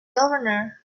governor